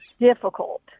difficult